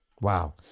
Wow